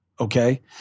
Okay